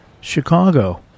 Chicago